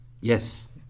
Yes